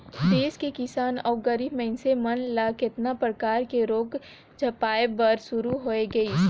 देस के किसान अउ गरीब मइनसे मन ल केतना परकर के रोग झपाए बर शुरू होय गइसे